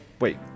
wait